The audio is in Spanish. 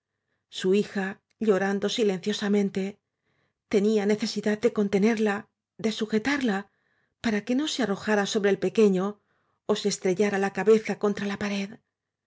su hija llorando silenciosamente tenía necesidad de conte nerla de sujetarla para que no se arrojara sobre el pequeño ó se estrellara la cabeza contra la pared